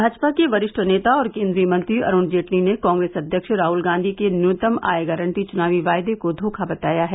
भाजपा के वरिष्ठ नेता और केन्द्रीय मंत्री अरुण जेटली ने कांग्रेस अध्यक्ष राहुल गांधी के न्यूनतम आय गारन्टी चुनावी वायदे को धोखा बताया है